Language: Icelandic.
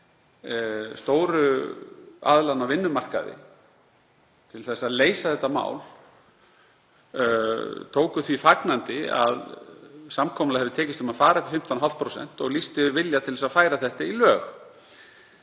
stóru aðilanna á vinnumarkaði til að leysa þetta mál, tóku því fagnandi að samkomulag hefði tekist um að fara upp í 15,5% og lýstu vilja til að færa þetta í lög.